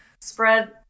spread